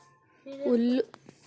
ಹುಲ್ಲು ತುಂಡರಿಸಲು ಯಾವ ಸಲಕರಣ ಒಳ್ಳೆಯದು?